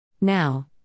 Now